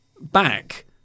back